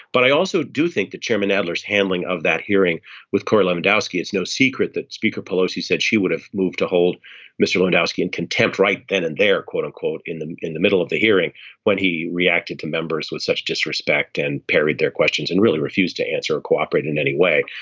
but i also do think that chairman adler's handling of that hearing with corey lewandowski it's no secret that speaker pelosi said she would have moved to hold mr. lerner dyleski in contempt right then and they are quote unquote in and in the middle of the hearing when he reacted to members with such disrespect and parried their questions and really refused to answer or cooperate in any way.